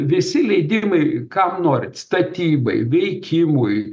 visi leidimai kam norit statybai veikimui